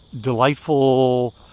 delightful